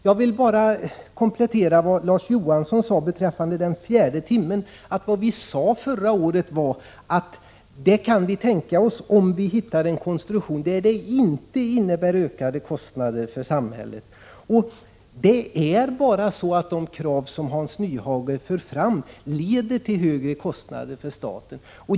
Jag vill bara komplettera vad Larz Johansson sade beträffande den fjärde timmen med att vad vi sade förra året var att vi kan tänka oss fyratimmarssammankomster om det går att hitta en konstruktion som inte innebär ökade kostnader för samhället. Det är bara så att de krav som Hans Nyhage för fram leder till högre kostnader för staten.